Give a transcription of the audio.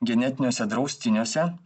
genetiniuose draustiniuose